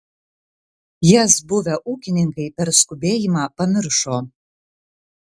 jas buvę ūkininkai per skubėjimą pamiršo